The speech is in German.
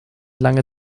lange